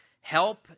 help